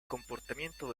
comportamiento